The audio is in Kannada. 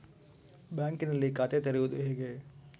ಬ್ಯಾಂಕಿನಲ್ಲಿ ಖಾತೆ ತೆರೆಯುವುದು ಹೇಗೆ?